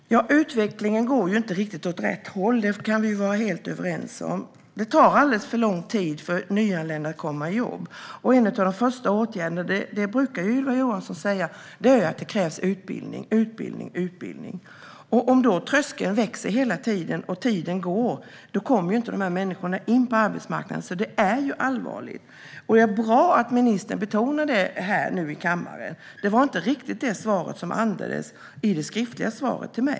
Fru talman! Utvecklingen går inte åt rätt håll - det kan vi vara överens om. Det tar alldeles för lång tid för nyanlända att komma i jobb. En av de första åtgärderna, som Ylva Johansson brukar nämna, är att det krävs utbildning. Om tröskeln hela tiden höjs och tiden går kommer dessa människor inte in på arbetsmarknaden. Det är allvarligt. Det var bra att ministern betonade detta här nu i kammaren. Det skriftliga svaret till mig andades inte riktigt detta.